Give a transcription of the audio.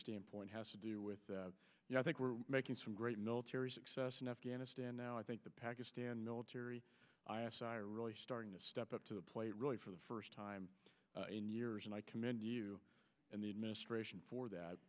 standpoint has to do with i think we're making some great military success in afghanistan now i think the pakistan military really starting to step up to the plate really for the first time in years and i commend you and the administration for that